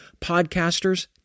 podcasters